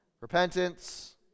Repentance